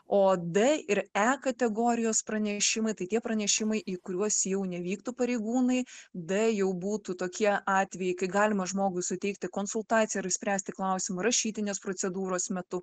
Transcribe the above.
o d ir e kategorijos pranešimai tai tie pranešimai į kuriuos jau nevyktų pareigūnai d jau būtų tokie atvejai kai galima žmogui suteikti konsultaciją ir išspręsti klausimą rašytinės procedūros metu